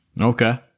Okay